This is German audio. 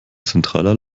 zentraler